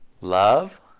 love